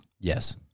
Yes